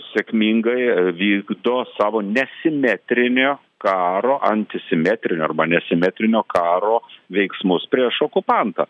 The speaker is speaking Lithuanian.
sėkmingai vykdo savo nesimetrinio karo antisimetrinio arba nesimetrinio karo veiksmus prieš okupantą